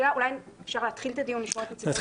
אולי אפשר להתחיל את הדיון ולשמוע את נציגת משרד